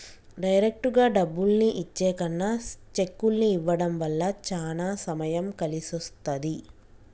డైరెక్టుగా డబ్బుల్ని ఇచ్చే కన్నా చెక్కుల్ని ఇవ్వడం వల్ల చానా సమయం కలిసొస్తది